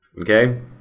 Okay